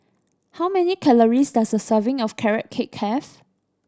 how many calories does a serving of Carrot Cake have